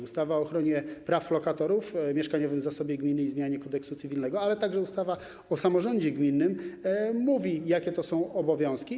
Ustawa o ochronie praw lokatorów, mieszkaniowym zasobie gminy i o zmianie Kodeksu cywilnego oraz ustawa o samorządzie gminnym mówią, jakie są to obowiązki.